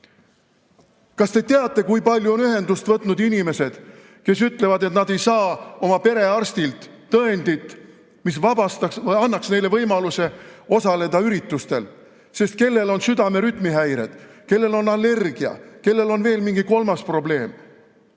Kas te teate, kui palju on ühendust võtnud inimesed, kes ütlevad, et nad ei saa oma perearstilt tõendit, mis annaks neile võimaluse osaleda üritustel. Kellel on südame rütmihäired, kellel on allergia, kellel on veel mingi kolmas probleem.